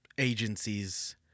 agencies